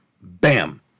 Bam